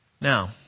Now